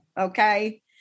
okay